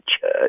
church